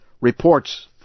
Reports